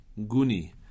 Guni